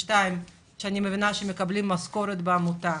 42 אנשים שמקבלים משכורת בעמותה.